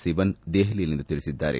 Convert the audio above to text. ಸಿವನ್ ದೆಹಲಿಯಲ್ಲಿಂದು ತಿಳಿಸಿದ್ದಾರೆ